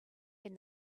when